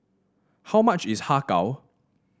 how much is Har Kow